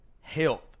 health